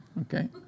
okay